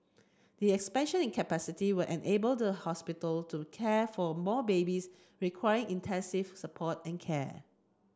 the expansion in capacity will enable the hospital to care for more babies requiring intensive support and care